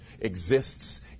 exists